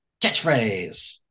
Catchphrase